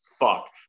fuck